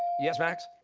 yes, max?